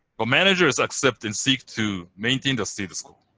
but managers accept and seek to maintain the status quo.